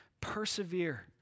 Persevere